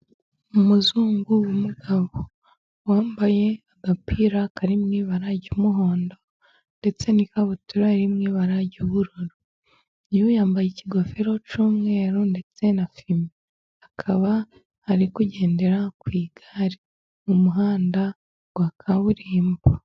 Umuzungu w'umugabo wambaye agapira karimo ibara ry'umuhondo, ndetse n'ikabutura irimo ibara ry'ubururu, kandi yambaye ikigofero cy'umweru ndetse na fime akaba arikugendera ku igare mu muhanda wa kaburimbo.